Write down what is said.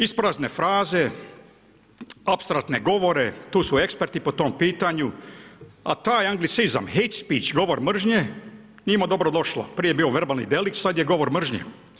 Isprazne fraze, apstraktne govore, tu su eksperti po tom pitanju, a taj anglicizam hate speech, govor mržnje, njima dobro došlo, prije je bio verbalni delikt sad je govor mržnje.